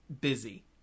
busy